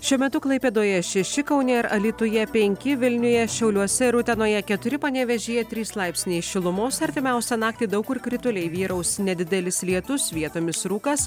šiuo metu klaipėdoje šeši kaune ir alytuje penki vilniuje šiauliuose ir utenoje keturi panevėžyje trys laipsniai šilumos artimiausią naktį daug kur krituliai vyraus nedidelis lietus vietomis rūkas